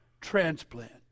transplant